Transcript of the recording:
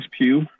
pew